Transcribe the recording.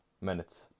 minutes